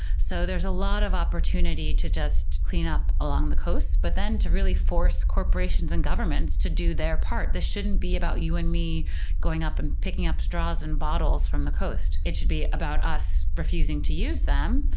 so there's a lot of opportunity to just clean up along the coast, but then to really force corporations and governments to do their part. this shouldn't be about you and me going and picking up straws and bottles from the coast. it should be about us refusing to use them,